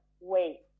wait